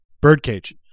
Birdcage